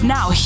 Now